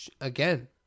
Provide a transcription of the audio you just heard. again